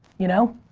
you know?